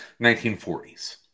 1940s